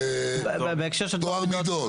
על טוהר מידות.